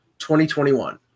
2021